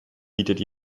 bietet